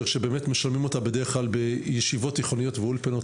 שבאמת משלמים בישיבות תיכוניות ובאולפנות.